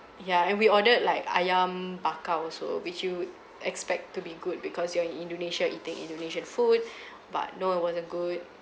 ya and we ordered like ayam bakar also which you expect to be good because you are in indonesia eating indonesian food but no it wasn't good